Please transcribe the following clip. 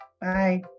Bye